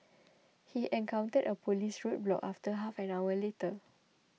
he encountered a police roadblock about half an hour later